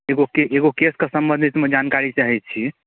एगो के एगो केसके सम्बन्धितमे जानकारी चाहैत छी